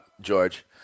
George